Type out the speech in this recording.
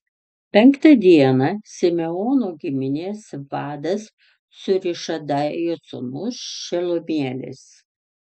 penktą dieną simeono giminės vadas cūrišadajo sūnus šelumielis